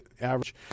average